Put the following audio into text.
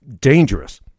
dangerous